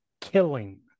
killing